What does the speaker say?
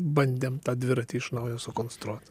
bandėm tą dviratį iš naujo sukonstruot